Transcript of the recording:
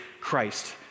Christ